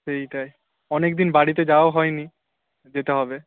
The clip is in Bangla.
সেইটাই অনেকদিন বাড়িতে যাওয়াও হয়নি যেতে হবে